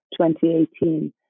2018